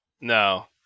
no